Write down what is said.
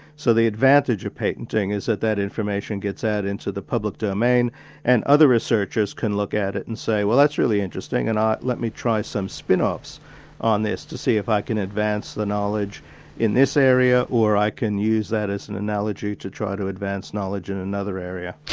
so the advantage of patenting is that that information gets out into the public domain and other researchers can look at it and say, well that's really interesting, and let me try some spin-offs on this to see if i can advance the knowledge in this area, or i can use that as an analogy to try to advance knowledge in another area.